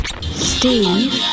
Steve